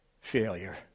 failure